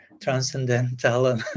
transcendental